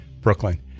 Brooklyn